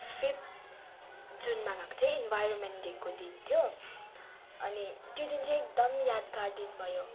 fifth जुनमा गएको थिएँ इनभायरोमेन्ट डेको दिन थियो अनि त्योदिन चाहिँ एकदम यादगार दिन भयो